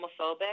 homophobic